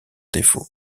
défaut